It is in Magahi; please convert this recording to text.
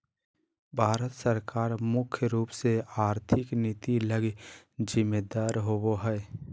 भारत सरकार मुख्य रूप से आर्थिक नीति लगी जिम्मेदर होबो हइ